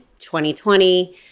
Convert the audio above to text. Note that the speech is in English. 2020